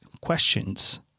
questions